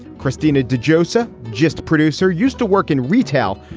christina de josepha, just producer, used to work in retail,